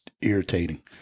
irritating